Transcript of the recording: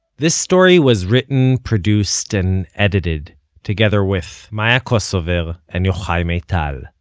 this story was written, produced and edited together with maya kosover and yochai maital.